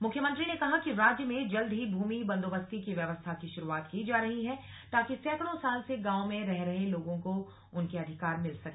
मुख्यमंत्री ने कहा कि राज्य में जल्द ही भूमि बंदोबस्ती की व्यवस्था की शुरूवात की जा रही है ताकि सैकडों साल से गांव में रह रहे लोगों को उनके अधिकार मिल सके